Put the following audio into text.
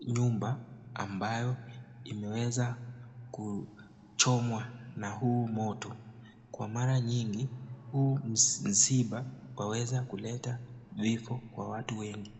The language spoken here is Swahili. nyumba amabyo imeweza kuchomwa na huu moto, kwa mara nyingi huu msiba waweza kuleta vifo kwa watu wengi.